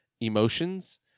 emotions